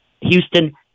Houston